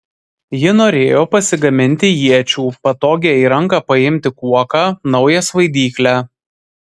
ji norėjo pasigaminti iečių patogią į ranką paimti kuoką naują svaidyklę